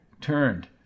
turned